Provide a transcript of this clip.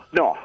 no